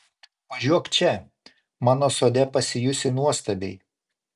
važiuok čia mano sode pasijusi nuostabiai